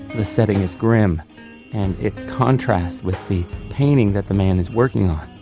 the setting is grim and it contrasts with the painting that the man is working on,